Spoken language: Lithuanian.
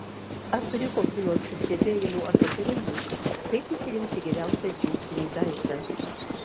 ar turi kokių nors pastebėjimų ar patarimų kaip išsirinkti geriausią džinsinį daiktą